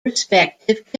respective